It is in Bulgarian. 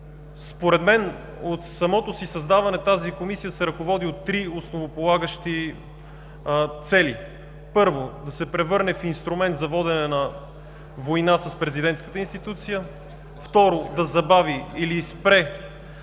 Според мен от самото си създаване тази Комисия се ръководи от три основополагащи цели: първо, да се превърне в инструмент за водене на война с президентската институция; второ, да забави или спре